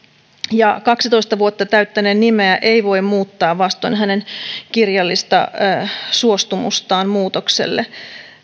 ja kaksitoista vuotta täyttäneen nimeä ei voi muuttaa vastoin hänen kirjallista suostumustaan muutokselle